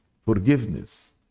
forgiveness